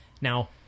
Now